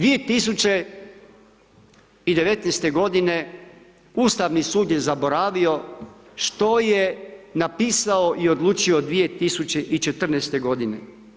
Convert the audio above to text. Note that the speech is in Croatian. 2019. godine Ustavni sud je zaboravio što je napisao i odlučio 2014. godine.